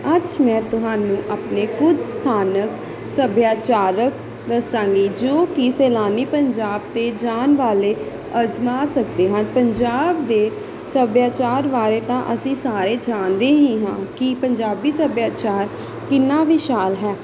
ਅੱਜ ਮੈਂ ਤੁਹਾਨੂੰ ਆਪਣੇ ਕੁਝ ਸਥਾਨਕ ਸੱਭਿਆਚਾਰਕ ਦੱਸਾਂਗੀ ਜੋ ਕਿ ਸੈਲਾਨੀ ਪੰਜਾਬ ਤੋਂ ਜਾਣ ਵਾਲੇ ਅਜਮਾ ਸਕਦੇ ਹਨ ਪੰਜਾਬ ਦੇ ਸੱਭਿਆਚਾਰ ਬਾਰੇ ਤਾਂ ਅਸੀਂ ਸਾਰੇ ਜਾਣਦੇ ਹੀ ਹਾਂ ਕਿ ਪੰਜਾਬੀ ਸੱਭਿਆਚਾਰ ਕਿੰਨਾ ਵਿਸ਼ਾਲ ਹੈ